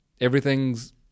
Everything's